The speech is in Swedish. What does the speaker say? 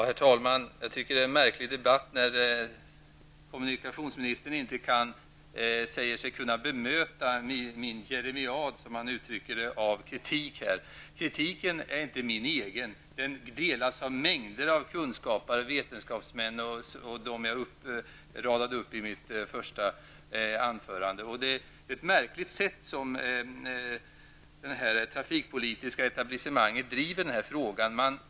Herr talman! Jag tycker att det är en märklig debatt när kommunikationsministern säger sig inte kunna bemöta min jeremiad av kritik, som han uttrycker det. Kritiken är inte min egen. Den delas av mängder av kunskapare, vetenskapsmän och dem jag radade upp i mitt första anförande. Det trafikpolitiska etablissemanget driver den här frågan på ett märkligt sätt.